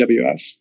AWS